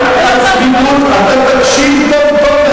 אתה תקשיב טוב טוב,